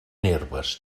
herbes